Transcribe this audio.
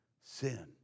sin